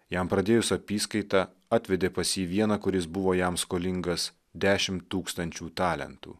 jam pradėjus apyskaitą atvedė pas jį vieną kuris buvo jam skolingas dešim tūkstančių talentų